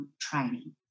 training